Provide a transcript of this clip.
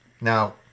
Now